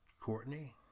Courtney